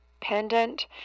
pendant